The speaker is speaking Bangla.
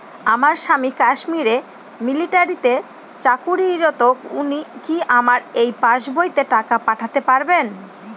আমার স্বামী কাশ্মীরে মিলিটারিতে চাকুরিরত উনি কি আমার এই পাসবইতে টাকা পাঠাতে পারবেন?